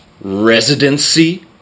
residency